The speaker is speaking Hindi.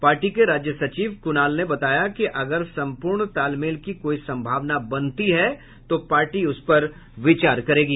पार्टी के राज्य सचिव क्णाल ने बताया कि अगर सम्पूर्ण तालमेल की कोई संभावना बनती है तो पार्टी उस पर विचार करेगी